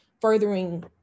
furthering